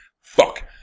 fuck